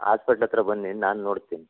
hospital ಹತ್ರ ಬನ್ನಿ ನಾನು ನೋಡ್ತೀನಿ